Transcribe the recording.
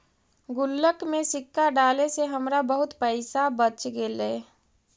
गुल्लक में सिक्का डाले से हमरा बहुत पइसा बच गेले